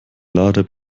lader